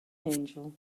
angel